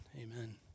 amen